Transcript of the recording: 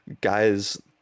guys